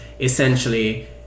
essentially